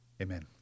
Amen